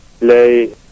lay